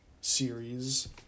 series